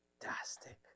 fantastic